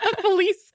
police